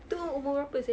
itu umur berapa seh